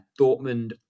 Dortmund